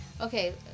Okay